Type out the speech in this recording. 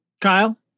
Kyle